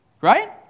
Right